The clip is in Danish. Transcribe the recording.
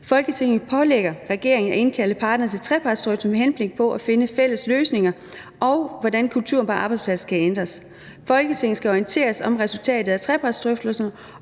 Folketinget pålægger regeringen at indkalde parterne til trepartsdrøftelser med henblik på at finde fælles løsninger på, hvordan kulturen på arbejdspladserne kan ændres. Folketinget skal orienteres om resultatet af trepartsdrøftelserne,